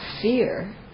fear